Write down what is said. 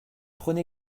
prenez